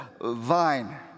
vine